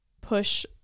push